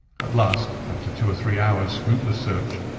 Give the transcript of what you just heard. at last, after two or three hours' fruitless search,